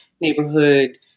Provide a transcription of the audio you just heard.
Neighborhood